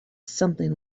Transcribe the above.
something